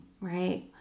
Right